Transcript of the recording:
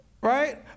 Right